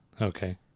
Okay